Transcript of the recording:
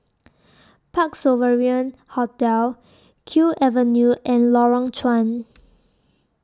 Parc Sovereign Hotel Kew Avenue and Lorong Chuan